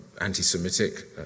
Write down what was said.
anti-Semitic